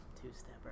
two-stepper